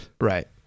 Right